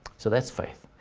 so that's faith.